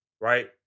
right